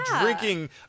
drinking